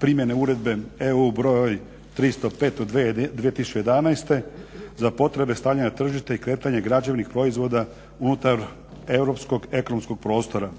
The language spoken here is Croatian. primjene Uredbe EU broj 305/2011 za potrebe stavljanja na tržište i kretanje građevnih proizvoda unutar europskog ekonomskog prostora.